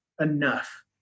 enough